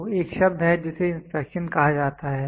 तो एक शब्द है जिसे इंस्पेक्शन कहा जाता है